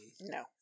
No